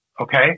Okay